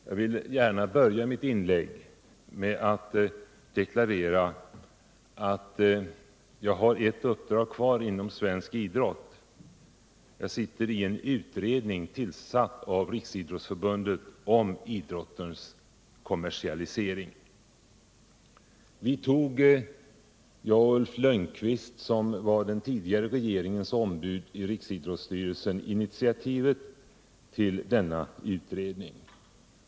Jag vill gärna börja mitt inlägg med att deklarera att jag har ett uppdrag kvar inom svensk idrott; jag sitter i en utredning tillsatt av riksidrottsstyrelsen om idrottens kommersialisering. Jag och Ulf Lönnqvist, som var den tidigare regeringens ombud i riksidrottsstyrelsen, tog initiativet till denna utredning.